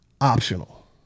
optional